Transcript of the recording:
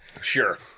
Sure